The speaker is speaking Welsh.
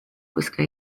gwisgo